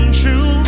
true